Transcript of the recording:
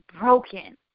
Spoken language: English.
broken